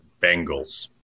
Bengals